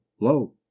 Lo